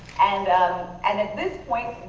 and and at this point,